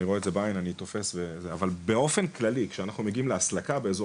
אבל באופן כללי כשאנחנו מגיעים להסלקה באזור